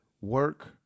work